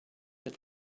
that